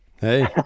Hey